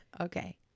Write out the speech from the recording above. Okay